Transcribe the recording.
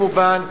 כמובן,